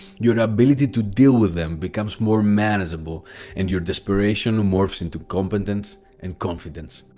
your ability to deal with them becomes more manageable and your desperation morphs into competence and confidence.